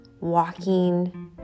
walking